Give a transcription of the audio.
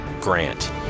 GRANT